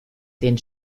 den